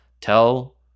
tell